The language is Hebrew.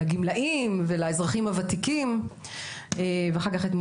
לגמלאים ולאזרחים הוותיקים ואחר כך את חבר הכנסת